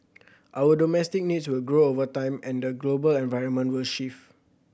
our domestic needs will grow over time and the global environment will shift